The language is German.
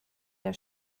der